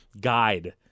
guide